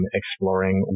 exploring